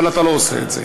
אבל אתה לא עושה את זה.